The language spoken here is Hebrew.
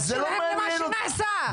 אז זה לא מעניין אותי.